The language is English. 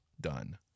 done